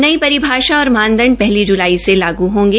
नई परिभाषा और मानदंड पहली जुलाई से लागू होंगे